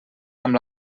amb